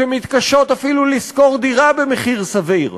שמתקשות אפילו לשכור דירה במחיר סביר,